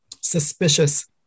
suspicious